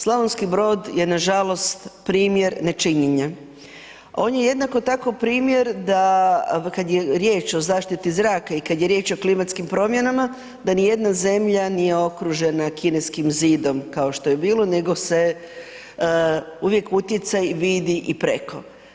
Slavonski Brod je nažalost primjer nečinjenja, on je jednako tako primjer da, kad je riječ o zaštiti zrak i kad je riječ o klimatskim promjenama, da nijedna zemlja nije okružena kineskim zidom kao što je bilo, nego se uvijek utjecaj vidi i preko.